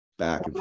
back